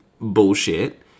bullshit